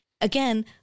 again